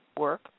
work